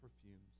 perfumes